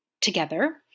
together